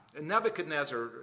Nebuchadnezzar